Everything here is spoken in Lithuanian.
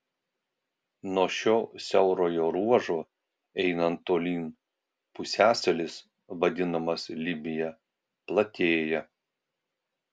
nuo šio siaurojo ruožo einant tolyn pusiasalis vadinamas libija platėja